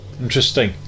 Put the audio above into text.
interesting